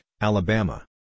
Alabama